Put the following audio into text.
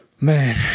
Man